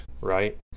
right